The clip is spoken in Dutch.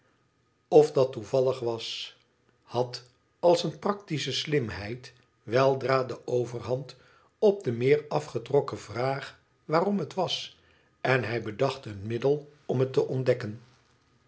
of dat toevallig was had als eene practische slimheid weldra de overhand op de meer afgetrokken vraag waarom het wa en hij bedacht een middel om het te ontdekken